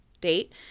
date